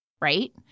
right